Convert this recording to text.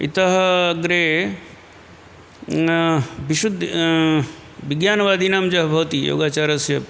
इतः अग्रे विशुद्धिः विज्ञानवादिनां या भवति योगाचारस्य